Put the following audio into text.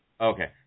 Okay